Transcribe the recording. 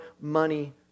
money